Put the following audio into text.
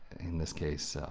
in this case,